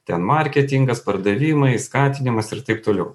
ten marketingas pardavimai skatinimas ir taip toliau